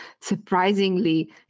surprisingly